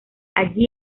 allí